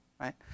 right